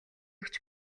өгч